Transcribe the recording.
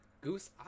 goose